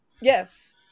Yes